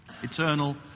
eternal